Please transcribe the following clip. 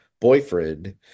boyfriend